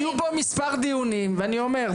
היו פה מספר דיונים ואני אומר,